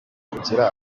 kugira